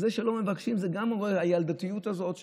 זה שלא מבקשים זה גם מראה על הילדותיות הזאת,